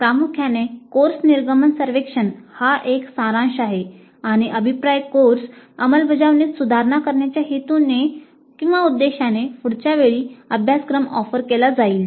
प्रामुख्याने कोर्स निर्गमन सर्वेक्षण हा एक सारांश आहे आणि अभिप्राय कोर्स अंमलबजावणीत सुधारणा करण्याच्या उद्देशाने पुढच्या वेळी अभ्यासक्रम ऑफर केला जाईल